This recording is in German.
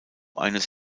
eines